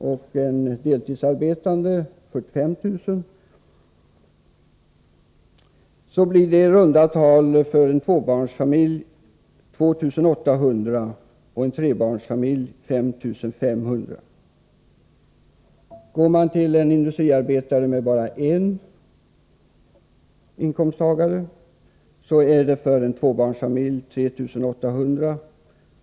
och den andra, som har deltidsarbete, 45 000 kr., blir det en höjning för en tvåbarnsfamilj på i runda tal 2 800 kr. och för en trebarnsfamilj 5 500 kr. För en industriarbetarfamilj med bara en inkomsttagare, blir det en höjning för en tvåbarnsfamilj på 3 800 kr.